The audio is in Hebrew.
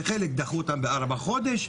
וחלק דחו אותם בארבעה חודשים ועוד,